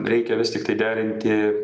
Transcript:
reikia vis tiktai derinti